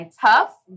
tough